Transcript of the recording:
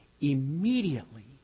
Immediately